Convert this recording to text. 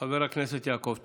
חבר הכנסת יעקב טסלר,